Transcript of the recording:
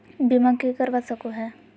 बीमा के करवा सको है?